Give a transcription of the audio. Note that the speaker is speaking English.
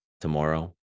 tomorrow